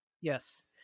yes